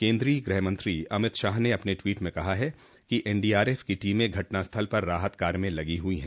केन्द्रीय गृहमंत्री अमित शाह ने अपने ट्वीट में कहा कि एनडीआरएफ की टीमें घटनास्थल पर राहत कार्य में लगी हुई है